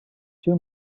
two